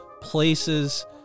places